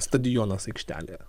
stadionas aikštelė